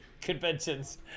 conventions